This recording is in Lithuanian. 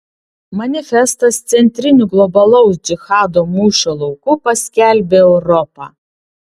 manifestas centriniu globalaus džihado mūšio lauku paskelbė europą